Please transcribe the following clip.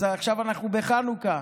עכשיו אנחנו בחנוכה,